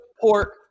pork